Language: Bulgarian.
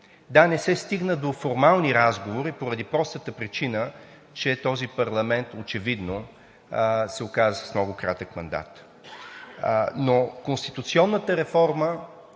Да, не се стигна до формални разговори поради простата причина, че този парламент очевидно се оказа с много кратък мандат. Конституционната реформа